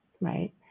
right